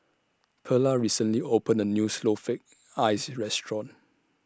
Perla recently opened A New Snowflake Ice Restaurant